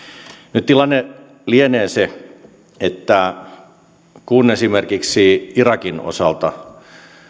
nyt tilanne lienee se että kun esimerkiksi irakin osalta